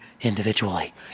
individually